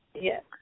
Yes